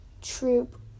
Troop